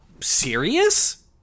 serious